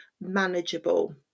manageable